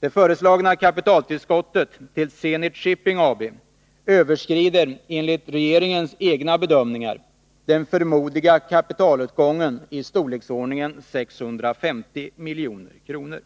Det föreslagna kapitaltillskottet till Zenit Shipping AB överskrider, enligt regeringens egna bedömningar, den förmodade kapitalåtgången i storleksordningen 650 milj.kr.